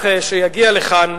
שיגיע לכאן,